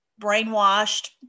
brainwashed